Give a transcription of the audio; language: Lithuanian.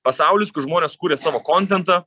pasaulis kur žmonės kuria savo kontentą